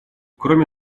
кроме